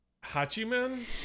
Hachiman